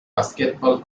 basketball